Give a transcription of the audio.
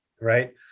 right